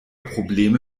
probleme